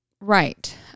right